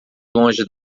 longe